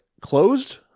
closed